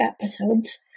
episodes